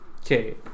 Okay